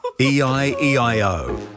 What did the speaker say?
E-I-E-I-O